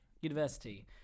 university